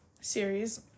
series